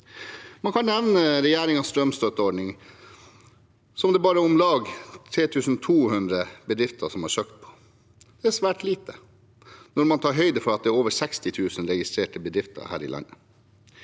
regjeringens strømstøtteordning, som det bare er om lag 3 200 bedrifter som har søkt på. Det er svært lite når man tar høyde for at det er over 600 000 registrerte bedrifter her i landet.